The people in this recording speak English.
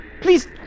please